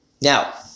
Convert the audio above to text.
Now